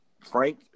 Frank